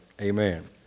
Amen